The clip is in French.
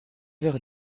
heures